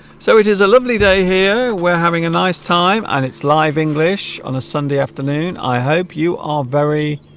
so it is a lovely day here we're having a nice time and it's live english on a sunday afternoon i hope you are very